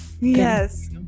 Yes